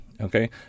Okay